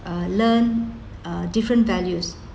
uh learn a different values